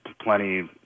plenty